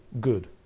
good